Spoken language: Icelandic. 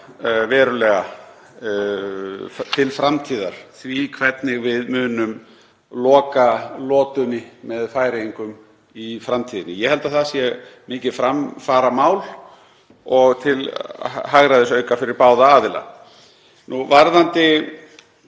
verulega til framtíðar hvernig við munum loka lotunni með Færeyingum. Ég held að það sé mikið framfaramál og til hagræðisauka fyrir báða aðila. Varðandi